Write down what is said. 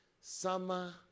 summer